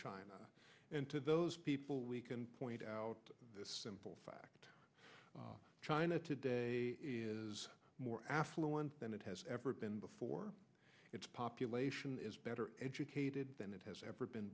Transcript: china and to those people we can point out this simple fact china today is more affluent than it has ever been before its population is better educated than it has ever been